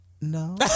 No